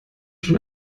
schon